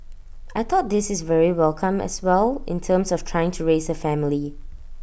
I thought this is very welcome as well in terms of trying to raise A family